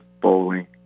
bowling